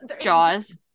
jaws